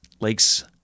lakes